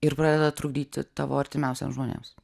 ir pradeda trukdyti tavo artimiausiems žmonėms